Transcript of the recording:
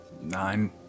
Nine